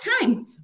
time